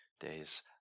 days